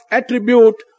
attribute